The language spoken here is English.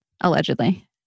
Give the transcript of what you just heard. Allegedly